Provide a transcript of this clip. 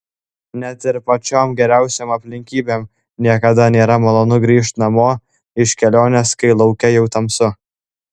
net ir pačiom geriausiom aplinkybėm niekada nėra malonu grįžt namo iš kelionės kai lauke jau tamsu